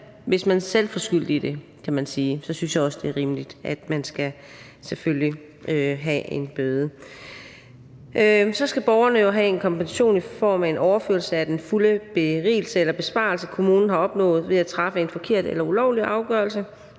hvis man er selvforskyldt i det – kan man sige – synes jeg også, det er rimeligt, at man selvfølgelig skal have en bøde. Borgeren skal have en kompensation i form af en overførelse af den fulde berigelse eller besparelse, kommunen har opnået ved at træffe en forkert eller ulovlig afgørelse,